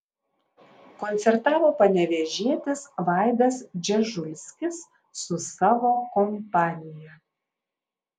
koncertavo panevėžietis vaidas dzežulskis su savo kompanija